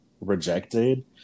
rejected